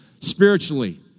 spiritually